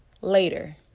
later